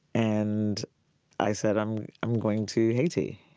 and i said, i'm i'm going to haiti.